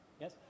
Yes